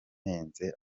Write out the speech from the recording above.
yanenze